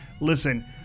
listen